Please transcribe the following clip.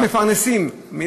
שמפרנסים, תודה.